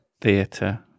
theatre